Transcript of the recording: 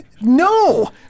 no